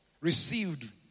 received